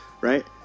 Right